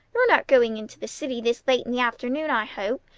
you're not going into the city this late in the afternoon, i hope!